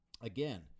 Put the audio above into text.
again